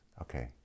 Okay